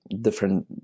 different